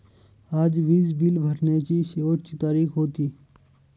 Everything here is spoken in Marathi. आज वीज बिल भरण्याची शेवटची तारीख होती